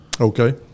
Okay